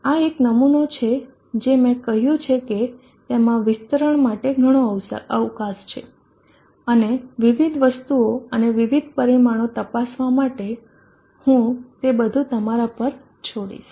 આ એક નમૂનો છે જે મેં કહ્યું છે કે તેમાં વિસ્તરણ માટે ઘણો અવકાશ છે અને વિવિધ વસ્તુઓ અને વિવિધ પરિમાણો તપાસવા માટે હું તે બધું તમારા પર છોડીશ